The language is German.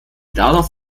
darauf